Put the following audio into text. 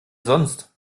sonst